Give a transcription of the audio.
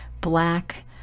black